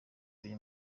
ibiri